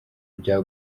bya